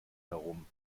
herum